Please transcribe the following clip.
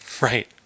Right